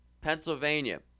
Pennsylvania